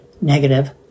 negative